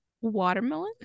Watermelon